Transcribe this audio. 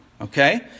okay